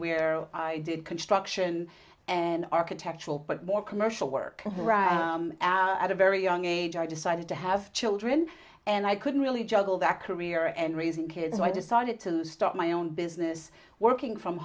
where i did construction and architectural but more commercial work at a very young age i decided to have children and i couldn't really juggle that career and raising kids so i decided to start my own business working from